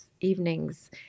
evenings